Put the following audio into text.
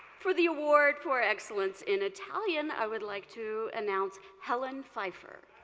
for the award for excellence in italian, i would like to announce helen pfeiffer.